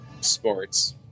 sports